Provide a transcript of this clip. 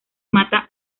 mata